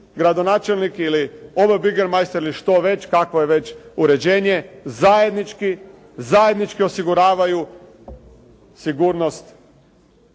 gradonačelnik ili …/Govornik se ne razumije./… ili što već, kakvo je već uređenje zajednički osiguravaju sigurnost